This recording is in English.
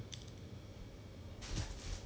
but I was thinking of buying a television